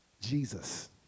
Jesus